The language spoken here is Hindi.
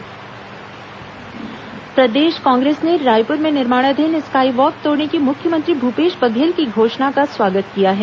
स्काई वॉक कांग्रेस प्रदेश कांग्रेस ने रायपुर में निर्माणाधीन स्काई वॉक तोड़ने की मुख्यमंत्री भूपेश बघेल की घोषणा का स्वागत किया है